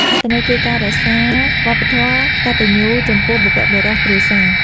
អត្ថន័យគឺការរក្សាវប្បធម៌កតញ្ញូចំពោះបុព្វបុរសគ្រួសារ។